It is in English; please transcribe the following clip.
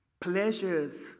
pleasures